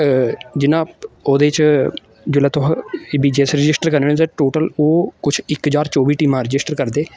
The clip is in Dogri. जियां ओह्दे च जेल्लै तुस ईबीजेस रजिस्टर करने टोटल ओह् कुछ इक ज्हार चौबी टीमां रजिस्टर करदे